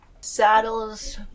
Saddles